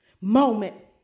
moment